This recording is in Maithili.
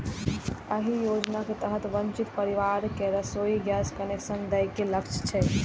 एहि योजनाक तहत वंचित परिवार कें रसोइ गैस कनेक्शन दए के लक्ष्य छै